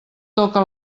toca